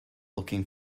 looking